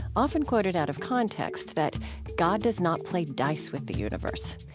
often quoted out of context, that god does not play dice with the universe.